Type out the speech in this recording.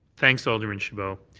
thanks, alderman chabot.